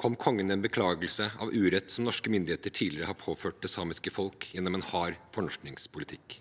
kom kongen med en beklagelse av urett som norske myndigheter tidligere har påført det samiske folk gjennom en hard fornorskningspolitikk.